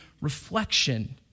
reflection